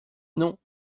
non